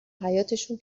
حیاطشون